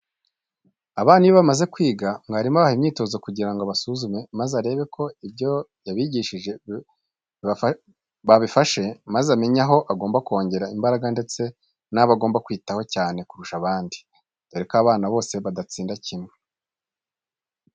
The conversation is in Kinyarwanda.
Abana iyo bamaze kwiga, mwarimu abaha imyitozo kugira ngo abasuzume maze arebe ko ibyo yabigishije babifashe maze amenye aho agomba kongera imbaraga ndetse n'abo agomba kwitaho cyane kurusha abandi, dore ko abana bose badatsinda kimwe.